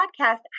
podcast